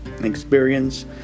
experience